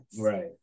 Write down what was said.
Right